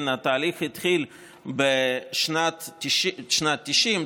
התהליך התחיל בשנת 1990,